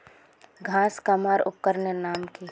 घांस कमवार उपकरनेर नाम की?